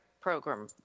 program